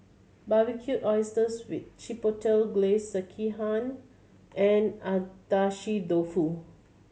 Barbecued Oysters with Chipotle Glaze Sekihan and Agedashi Dofu